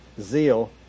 Zeal